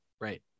Right